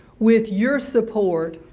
with your support,